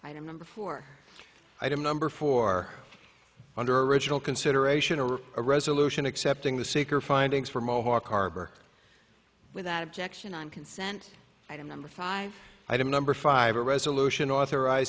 remember for item number four under original consideration or a resolution accepting the sacre findings for mohawk harbor without objection on consent item number five item number five a resolution authoriz